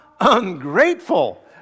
ungrateful